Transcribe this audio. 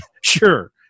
sure